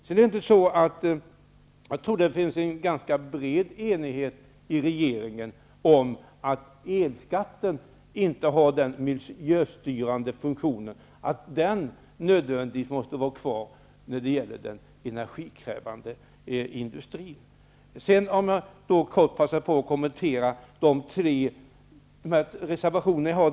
Jag tror att det i regeringen finns en ganska bred enighet om att elskatten inte har den miljöstyrande funktionen att den nödvändigtvis måste vara kvar med tanke på den energikrävande industrin. Jag vill också kort passa på att kommentera Ny demokratis tre reservationer.